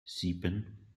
sieben